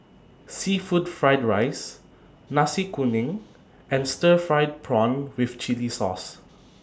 Seafood Fried Rice Nasi Kuning and Stir Fried Prawn with Chili Sauce